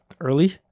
early